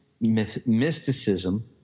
mysticism